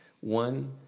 One